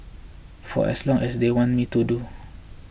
for as long as they want me to